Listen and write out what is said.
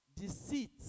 deceit